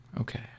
Okay